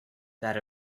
that